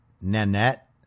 Nanette